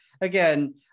again